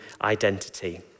identity